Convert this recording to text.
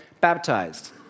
baptized